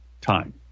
time